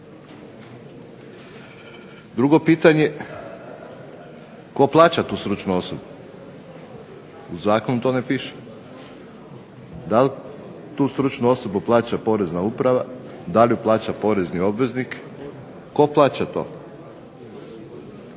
Drugo pitanje, tko plaća tu stručnu osobu? U zakonu to ne piše. Da li tu stručnu osobu plaća porezna uprava? Da li ju plaća porezni obveznik? Tko plaća to? Jer